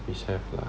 which have lah